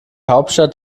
hauptstadt